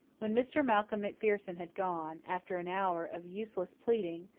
when mr. malcolm macpherson had gone, after an hour of useless pleading,